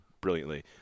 brilliantly